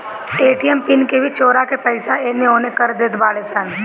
ATM PIN के भी चोरा के पईसा एनेओने कर देत बाड़ऽ सन